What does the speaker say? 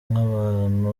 nk’abantu